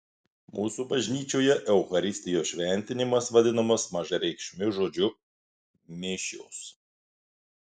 mūsų bažnyčioje eucharistijos šventimas vadinamas mažareikšmiu žodžiu mišios